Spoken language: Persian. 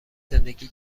زندگی